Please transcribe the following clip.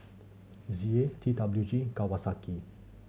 Z A T W G Kawasaki